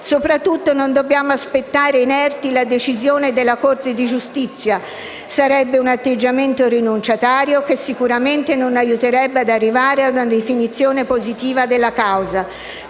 Soprattutto non dobbiamo aspettare inerti la decisione della Corte di giustizia. Sarebbe un atteggiamento rinunciatario che sicuramente non aiuterebbe ad arrivare ad una definizione positiva della causa.